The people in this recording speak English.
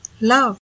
love